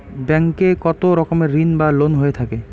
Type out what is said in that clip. Bank এ কত রকমের ঋণ বা লোন হয়ে থাকে?